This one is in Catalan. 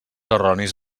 erronis